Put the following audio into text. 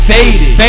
Faded